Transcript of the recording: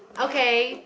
okay